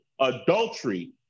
adultery